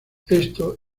esto